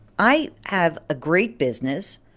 i have a great business.